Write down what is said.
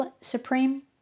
supreme